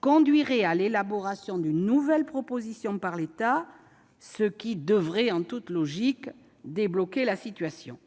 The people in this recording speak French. conduirait à l'élaboration d'une nouvelle proposition par l'État, ce qui devrait, en toute logique, débloquer la situation.